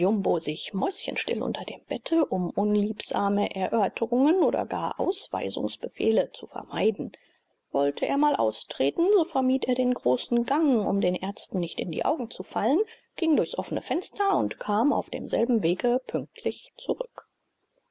sich mäuschenstill unter dem bette um unliebsame erörterungen oder gar ausweisungsbefehle zu vermeiden wollte er mal austreten so vermied er den großen gang um den ärzten nicht in die augen zu fallen ging durchs offene fenster und kam auf demselben wege pünktlich zurück